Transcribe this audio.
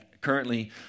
currently